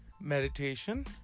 meditation